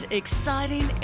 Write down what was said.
exciting